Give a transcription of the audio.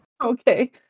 Okay